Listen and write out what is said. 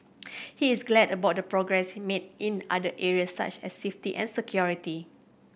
he is glad about the progress made in other area such as safety and security